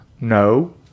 No